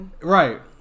Right